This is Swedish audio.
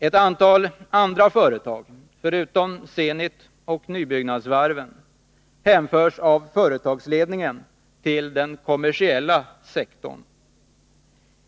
Ett antal andra företag, förutom Zenit och nybyggnadsvarven, hänförs av företagsledningen till den kommersiella sektorn.